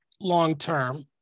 long-term